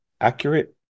accurate